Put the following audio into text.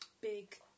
big